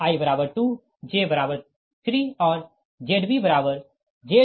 तोn3 i2 j3 और ZbZ23020